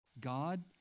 God